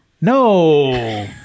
No